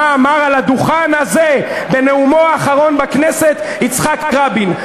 אמר על הדוכן הזה בנאומו האחרון בכנסת יצחק רבין,